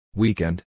Weekend